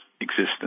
existence